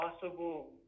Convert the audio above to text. possible